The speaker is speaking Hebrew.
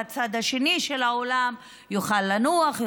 והצד השני של האולם יוכל לנוח,